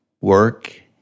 work